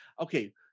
okay